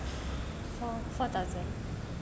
[ho] four thousand